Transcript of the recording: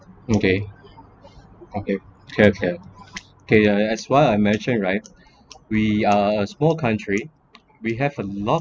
okay okay have have okay ya as what I mentioned right we are a small country we have a lot